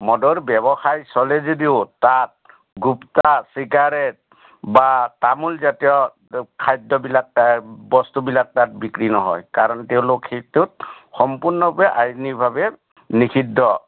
মদৰ ব্যৱসায় চলে যদিও তাত গুটখা চিগাৰেট বা তামোলজাতীয় খাদ্যবিলাক তাৰ বস্তুবিলাক তাত বিক্ৰী নহয় কাৰণ তেওঁলোক সেইটোত সম্পূৰ্ণৰূপে আইনিভাৱে নিষিদ্ধ